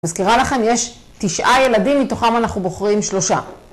מזכירה לכם, יש תשעה ילדים, מתוכם אנחנו בוחרים שלושה.